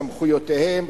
סמכויותיהם,